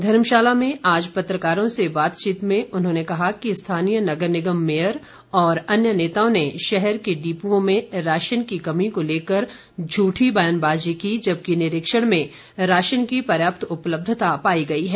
धर्मशाला में आज पत्रकारों से बातचीत में उन्होंने कहा कि स्थानीय नगर निगम मेयर और अन्य नेताओं ने शहर के डिप्ओं में राशन की कमी को लेकर झूठी बयानबाज़ी की जबकि निरीक्षण में राशन की पर्याप्त उपलब्धता पाई गई है